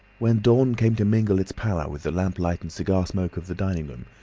when dawn came to mingle its pallor with the lamp-light and cigar smoke of the dining-room,